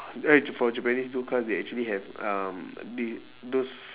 eh j~ for japanese built cars they actually have um thi~ those